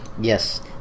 Yes